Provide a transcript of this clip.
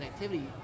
connectivity